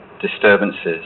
disturbances